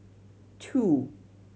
two